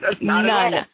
None